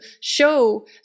show